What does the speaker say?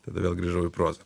tada vėl grįžau į prozą